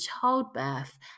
childbirth